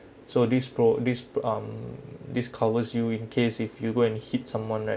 so this pro~ this um this covers you in case if you go and hit someone right